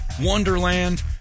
Wonderland